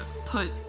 put